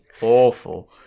awful